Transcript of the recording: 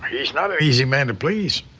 it's not an easy man to please.